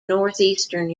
northeastern